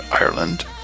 Ireland